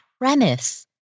premise